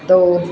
ਦੋ